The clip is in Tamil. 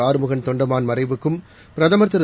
ஆறுமுகன் தொண்டமான் மறைவுக்கும் பிரதமர் திரு